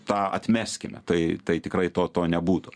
tą atmeskime tai tai tikrai to to nebūtų